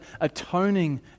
atoning